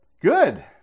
Good